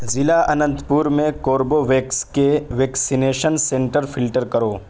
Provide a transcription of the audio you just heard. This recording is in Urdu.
ضلع اننت پور میں کوربوویکس کے ویکسینیشن سینٹر فلٹر کرو